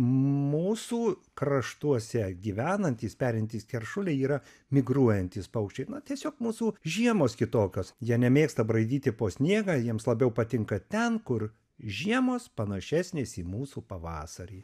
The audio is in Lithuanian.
mūsų kraštuose gyvenantys perintys keršuliai yra migruojantys paukščiai na tiesiog mūsų žiemos kitokios jie nemėgsta braidyti po sniegą jiems labiau patinka ten kur žiemos panašesnės į mūsų pavasarį